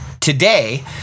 today